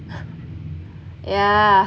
yeah